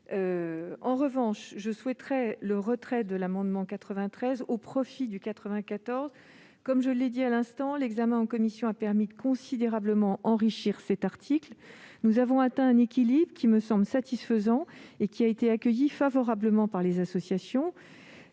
93 rectifié , au profit de l'amendement n° 94 rectifié Comme je l'ai dit à l'instant, l'examen en commission a permis de considérablement enrichir cet article. Nous avons atteint un équilibre, qui me semble satisfaisant et qui a été accueilli favorablement par les associations.